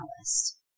list